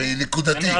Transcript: והיא נקודתית.